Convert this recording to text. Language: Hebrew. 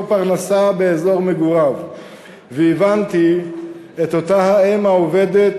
פרנסה באזור מגוריו והבנתי את אותה האם העובדת